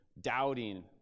doubting